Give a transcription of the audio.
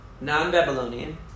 non-Babylonian